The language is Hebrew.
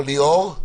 או ליאור?